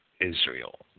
Israel